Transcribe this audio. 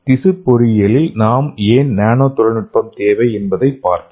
திசு பொறியியலில் நமக்கு ஏன் நானோ தொழில்நுட்பம் தேவை என்பதைப் பார்ப்போம்